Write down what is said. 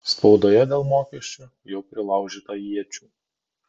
spaudoje dėl mokesčių jau prilaužyta iečių